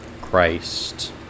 Christ